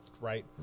Right